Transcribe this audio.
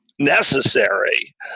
necessary